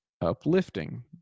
uplifting